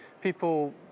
people